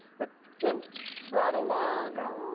but tim brought along